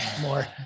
more